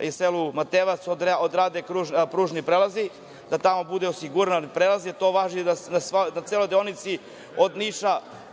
i selu Matejevac odrade pružni prelazi, da tamo bude osiguran prelaz, da to važi na celoj deonici